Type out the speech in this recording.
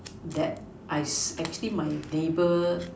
that I actually my neighbour